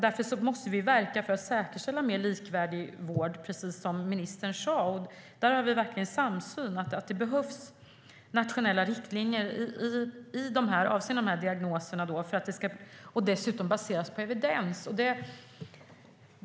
Därför måste vi verka för att säkerställa mer likvärdig vård, precis som ministern sa. Där har vi verkligen samsyn - det behövs nationella riktlinjer avseende de här diagnoserna, och de ska dessutom baseras på evidens.